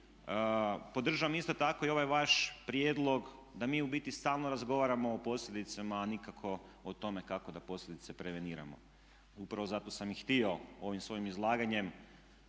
podržavam isto tako i ovaj vaš prijedlog da mi u biti stalno razgovaramo o posljedicama, a nikako o tome kako da posljedice preveniramo. Upravo zato sam i htio ovim svojim izlaganjem